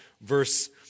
verse